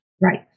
Right